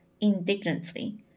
indignantly